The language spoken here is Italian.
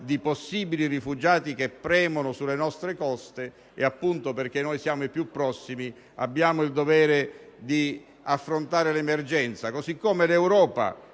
di possibili rifugiati che premono sulle nostre coste e, proprio perché siamo i più prossimi, abbiamo il dovere di affrontare l'emergenza. Analogamente l'Europa